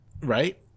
Right